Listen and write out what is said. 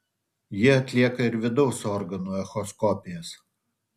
ji atlieka ir vidaus organų echoskopijas